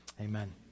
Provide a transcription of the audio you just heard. Amen